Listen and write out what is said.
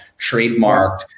trademarked